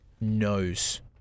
knows